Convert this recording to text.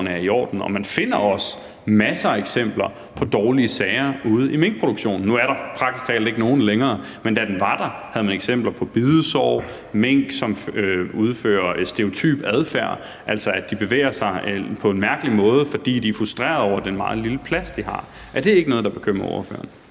er i orden. Og man finder også masser af eksempler på dårlige sager ude i minkproduktionen. Nu er der praktisk talt ikke nogen længere, men da den var der, havde man eksempler på bidsår og mink, som udfører en stereotyp adfærd, altså at de bevæger sig på en mærkelig måde, fordi de er frustreret over at have så lidt plads. Er det ikke noget, der bekymrer ordføreren?